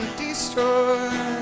destroy